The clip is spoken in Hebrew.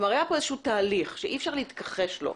היה פה תהליך שאי-אפשר להתכחש לו.